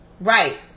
right